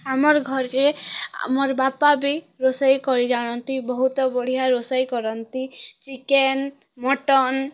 ଆମର ଘରେ ଆମର ବାପା ବି ରୋଷେଇ କରି ଜାଣନ୍ତି ବହୁତ ବଢ଼ିଆ ରୋଷେଇ କରନ୍ତି ଚିକେନ୍ ମଟନ୍